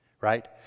Right